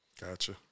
Gotcha